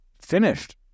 finished